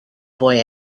boy